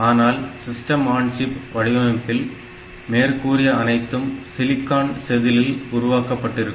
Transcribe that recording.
ஆனால் system on chip வடிவமைப்பில் மேற்கூறிய அனைத்தும் சிலிக்கான் செதிலில் உருவாக்கப்பட்டிருக்கும்